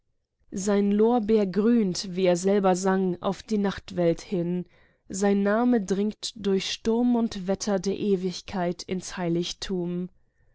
sein lorbeer grünt wie er selber sang auf die nachwelt hin sein name dringt durch sturm und wetter der ewigkeit ins heiligtum